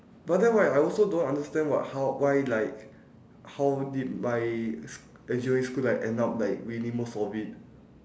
but then right I also don't understand what how why like how did my sc~ engineering school like end up like winning most of it